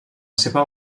seva